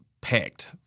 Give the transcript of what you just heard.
packed